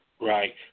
right